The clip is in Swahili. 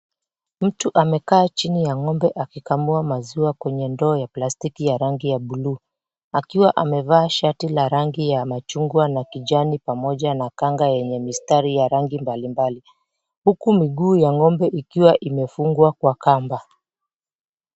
Mtu amekaa chini ya ngombe akikamua maziwa kwenye ndoo ya rangi ya buluu akiwa amevaa shati la rangi ya machungwa na kijani pamoja na kanga ya rangi mbalimbali huku miguu ya ngombe ikiwa imefungwa kamba.